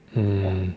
mm